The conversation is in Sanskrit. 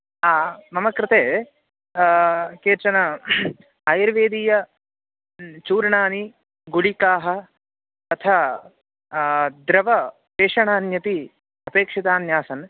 हा मम कृते केचन आयुर्वेदीय चूर्णानि गुळिकाः तथा द्रवपेषणान्यपि अपेक्षितान्यासन्